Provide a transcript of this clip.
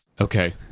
Okay